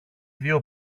δυο